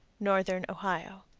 northern ohio.